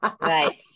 Right